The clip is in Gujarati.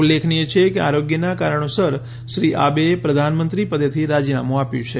ઉલ્લેખનીય છે કે આરોગ્યના કારણોસર શ્રી આબેએ પ્રધાનમંત્રી પદેથી રાજીનામું આપ્યું છે